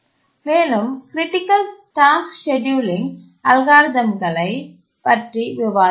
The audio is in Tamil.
மேலும் க்ரிட்டிக்கல் டாஸ்க் ஸ்கேட்யூலிங் அல்காரிதம்களைப் பற்றி விவாதித்தோம்